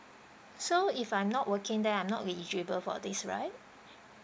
so if I'm not working then I'm not eligible for this right